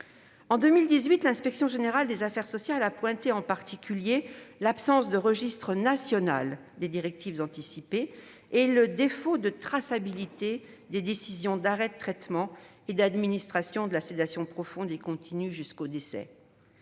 En 2018, l'inspection générale des affaires sociales (IGAS) a pointé en particulier l'absence de registre national des directives anticipées et le défaut de traçabilité des décisions d'arrêt des traitements et d'administration de la sédation profonde et continue jusqu'au décès.